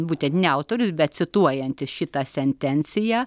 būtent ne autorius bet cituojantis šitą sentenciją